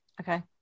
Okay